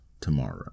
tomorrow